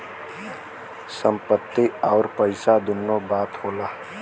संपत्ति अउर पइसा दुन्नो बात होला